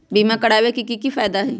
बीमा करबाबे के कि कि फायदा हई?